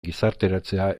gizarteratzea